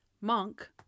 Monk